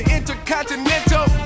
Intercontinental